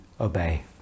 obey